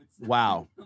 wow